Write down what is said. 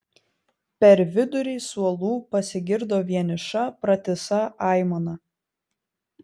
per vidurį suolų pasigirdo vieniša pratisa aimana